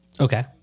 Okay